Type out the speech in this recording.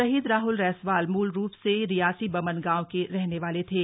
शहीद राहुल रैंसवाल मूल रूप से रियासीबमन गांव के रहने वाले थे